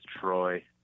Troy